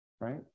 right